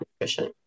nutrition